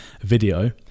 video